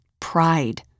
Pride